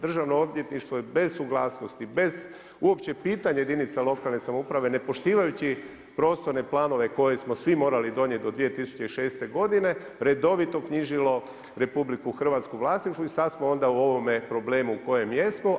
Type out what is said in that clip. Državno odvjetništvo je bez suglasnosti, bez uopće pitanja jedinica lokalne samouprave ne poštivajući prostorne planove koje smo svi morali donijeti do 2006. godine redovito knjižilo RH u vlasništvu i sada smo onda u ovome problemu u kojem jesmo.